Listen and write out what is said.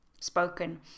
spoken